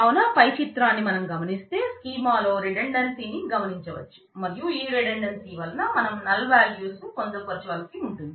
కావున పై చిత్రాన్ని మనం గమనిస్తే స్కీమా ను పొందుపరచవలసి వచ్చింది